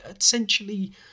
essentially